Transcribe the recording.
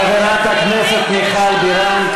חברת הכנסת מיכל בירן,